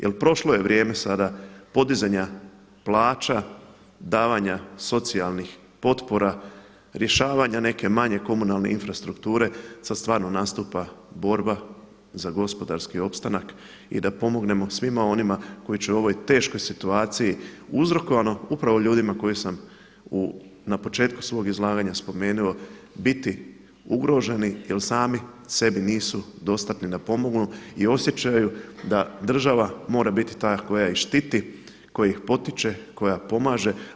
Jel prošlo je vrijeme sada podizanja plaća, davanja socijalnih potpora, rješavanje neke manje komunalne infrastrukture, sada stvarno nastupa borba za gospodarski opstanak i da pomognemo svima onima koji će u ovoj teškoj situaciji uzrokovanoj upravo ljudima koje sam na početku svog izlaganja spomenuo, biti ugroženi jel sami sebi nisu dostatni da pomognu i osjećaju da država mora biti ta koja ih štiti, koja ih potiče, koja pomaže.